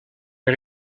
les